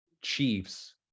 Chiefs